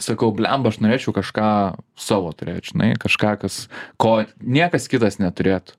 sakau bliamba aš norėčiau kažką savo turėt žinai kažką kas ko niekas kitas neturėtų